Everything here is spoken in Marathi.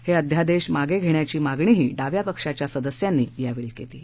हे अध्यादेश मागे घेण्याची मागणीही डाव्या पक्षांच्या सदस्यांनी केली आहे